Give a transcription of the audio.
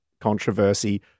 controversy